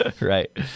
Right